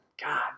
God